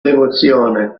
devozione